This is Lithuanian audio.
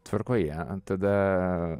tvarkoje tada